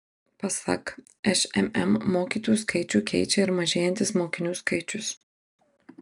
pasak šmm mokytojų skaičių keičia ir mažėjantis mokinių skaičius